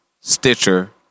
Stitcher